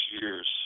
years